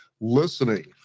listening